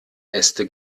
äste